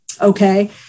Okay